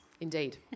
indeed